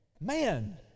man